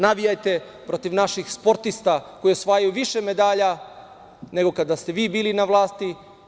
Navijajte protiv naših sportista, koji osvajaju više medalja nego kada ste vi bili na vlasti.